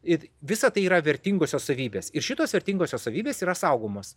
ir visa tai yra vertingosios savybės ir šitos vertingosios savybės yra saugomos